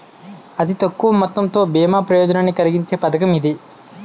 అతి తక్కువ మొత్తంతో బీమా ప్రయోజనాన్ని కలిగించే పథకం ఇది